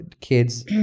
kids